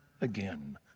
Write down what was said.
again